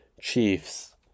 Chiefs